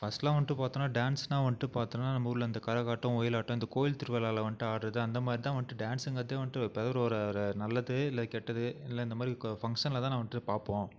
ஃபஸ்டெல்லாம் வந்துட்டு பார்த்தோன்னா டான்ஸ்னால் வந்துட்டு பார்த்தோன்னா நம்ம ஊரில் இந்த கரகாட்டம் ஒயிலாட்டம் இந்த கோயில் திருவிழால வந்துட்டு ஆடுறது அந்த மாதிரி தான் வந்துட்டு டான்ஸ்ஸுங்கிறதே வந்துட்டு எப்பயாவது ஒரு ஒரு ஒரு நல்லது இல்லை கெட்டது இல்லைனா இந்த மாதிரி கோ ஃபங்சனில் தானே வந்துட்டு பார்ப்போம்